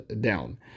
down